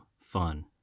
fun